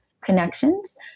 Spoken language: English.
connections